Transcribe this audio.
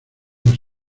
los